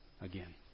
again